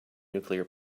nuclear